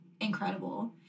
incredible